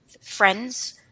friends